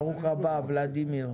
ברוך הבא ולדימיר.